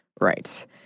Right